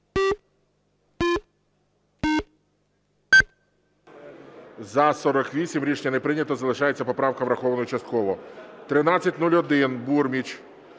За-48 Рішення не прийнято. Залишається поправка врахованою частково. 1301, Бурміч.